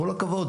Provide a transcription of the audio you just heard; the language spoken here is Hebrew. כל הכבוד.